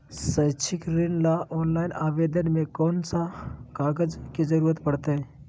शैक्षिक ऋण ला ऑनलाइन आवेदन में कौन कौन कागज के ज़रूरत पड़तई?